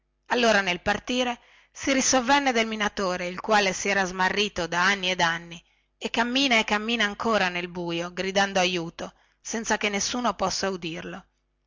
quella esplorazione si risovvenne del minatore il quale si era smarrito da anni ed anni e cammina e cammina ancora al buio gridando aiuto senza che nessuno possa udirlo